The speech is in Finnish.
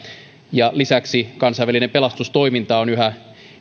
lisäksi kansainvälinen pelastustoiminta on yhä